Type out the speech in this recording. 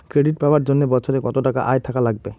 Credit পাবার জন্যে বছরে কত টাকা আয় থাকা লাগবে?